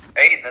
hey,